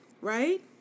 right